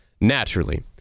Naturally